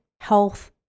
health